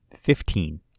Fifteen